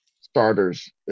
starters